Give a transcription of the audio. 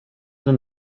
den